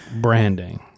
branding